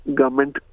government